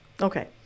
okay